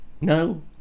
No